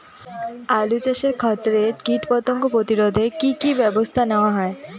আলু চাষের ক্ষত্রে কীটপতঙ্গ প্রতিরোধে কি কী ব্যবস্থা নেওয়া হয়?